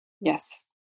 Yes